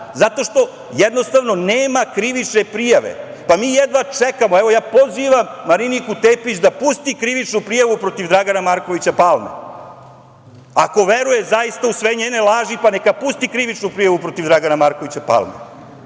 Zato što jednostavno nema krivične prijave. Pa mi jedva čekamo, evo, ja pozivam Mariniku Tepić da pusti krivičnu prijavu protiv Dragana Markovića Palme. Ako veruje, zaista, u sve njene laži, pa neka pusti krivičnu prijavu protiv Dragana Markovića Palme.